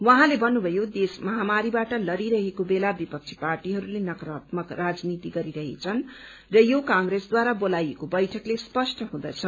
उहाँले भन्नुभयो देश महामारीबाट लड़िरहेको बेला विपक्षी पार्टीहरूले नकारात्मक राजनीति गरिरहेछन् र यो कंग्रेसद्वारा बोलाएको बैठकले स्पष्ट हुँदछ